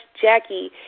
Jackie